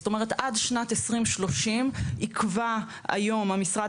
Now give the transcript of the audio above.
זאת אומרת עד שנת 2030 יקבע היום המשרד